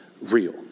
real